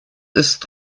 ist